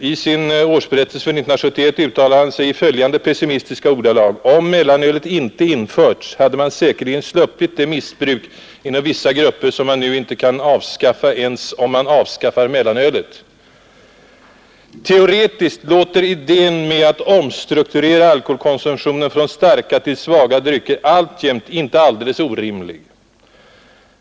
I sin årsberättelse för 1971 uttalar han sig i följande pessimistiska ordalag: ”Om mellanölet inte införts hade man säkerligen sluppit det missbruk inom vissa grupper som man nu inte kan avskaffa ens om man avskaffar mellanölet.” Teoretiskt låter idén med att omstrukturera alkoholkonsumtionen från starka till svaga drycker alltjämt inte alldeles orimlig.